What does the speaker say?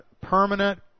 permanent